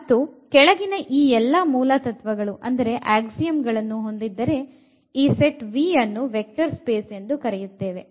ಮತ್ತು ಕೆಳಗಿನ ಈ ಎಲ್ಲ ಮೂಲತತ್ವ ಗಳನ್ನು ಹೊಂದಿದ್ದರೆ ಈ ಸೆಟ್ V ಅನ್ನು ವೆಕ್ಟರ್ ಸ್ಪೇಸ್ ಎಂದು ಕರೆಯುತ್ತೇವೆ